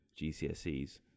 GCSEs